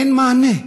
אין מענה.